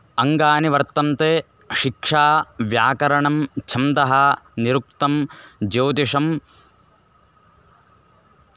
अङ्गानि वर्तन्ते शिक्षा व्याकरणं छन्दः निरुक्तं ज्योतिषं